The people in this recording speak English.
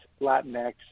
Latinx